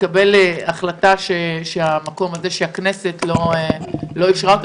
לקבל החלטה שהכנסת לא אישרה.